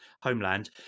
homeland